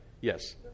Yes